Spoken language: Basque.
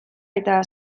eta